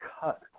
cut